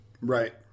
Right